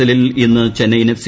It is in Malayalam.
എല്ലിൽ ഇന്ന് ചെന്നൈയിൻ എഫ്